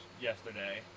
yesterday